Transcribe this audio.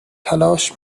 تلاش